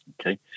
Okay